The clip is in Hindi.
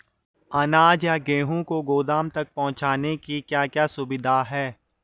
अनाज या गेहूँ को गोदाम तक पहुंचाने की क्या क्या सुविधा है?